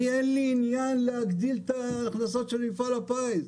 אין לי עניין להגדיל את הכנסות מפעל הפיס.